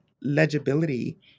legibility